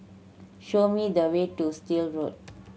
show me the way to Still Road